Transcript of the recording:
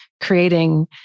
creating